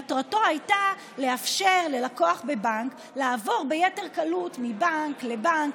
מטרתו הייתה לאפשר ללקוח בבנק לעבור ביתר קלות מבנק לבנק,